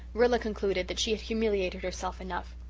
rilla concluded that she had humiliated herself enough.